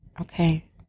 Okay